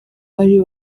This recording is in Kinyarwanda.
ari